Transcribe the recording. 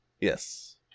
Yes